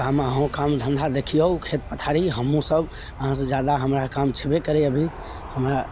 काममे अहुँ काम धन्धा देखियौ खेत पथारी हमहुँ सब अहाँ से जादा हमरा काम छेबे करए अभी हमरा